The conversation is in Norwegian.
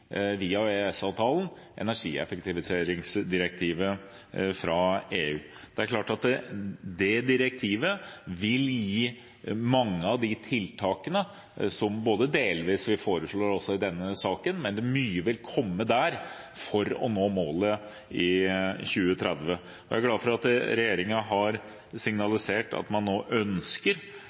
energieffektiviseringsdirektivet fra EU. Det er klart at det direktivet vil kreve mange av de tiltakene som vi foreslår i denne saken, og mye vil komme der for å nå målet i 2030. Jeg er glad for at regjeringen har signalisert at den ønsker